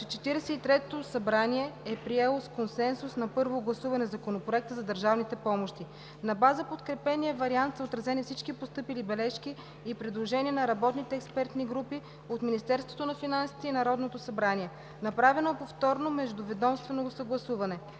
Народно събрание е приело с консенсус на първо гласуване Законопроекта за държавните помощи. На база подкрепения вариант са отразени всички постъпили бележки и предложения на работните експертни групи от Министерството на финансите и Народното събрание. Направено е повторно междуведомствено съгласуване.